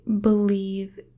believe